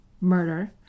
murder